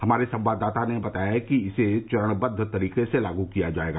हमारे संवाददाता ने बताया है कि इसे चरणबद्द तरीके से लागू किया जाएगा